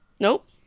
Nope